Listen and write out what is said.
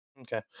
Okay